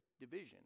division